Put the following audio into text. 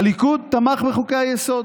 הליכוד תמך בחוקי-היסוד,